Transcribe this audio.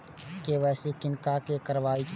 KYC किनका से कराबी?